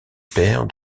père